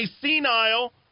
senile